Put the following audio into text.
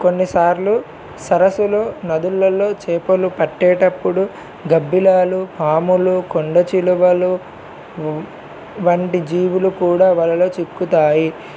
కొన్నిసార్లు సరస్సులు నదులలో చేపలు పట్టేటప్పుడు గబ్బిలాలు పాములు కొండ చిలువలు వంటి జీవులు కూడా వలలో చిక్కుతాయి